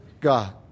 God